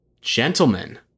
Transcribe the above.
Gentlemen